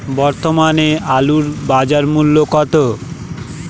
বর্তমানে আলুর বাজার মূল্য কত?